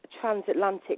transatlantic